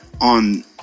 on